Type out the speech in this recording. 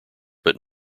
but